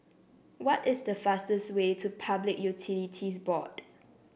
what is the fastest way to Public Utilities Board